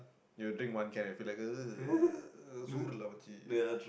you drink one can and feel like ugh